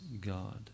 God